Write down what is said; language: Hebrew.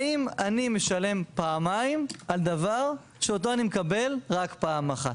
האם אני משלם פעמיים על דבר שאותו אני מקבל רק פעם אחת?